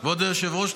התשובה של היועצת